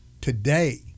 today